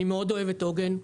אני מאוד אוהב את עוגן,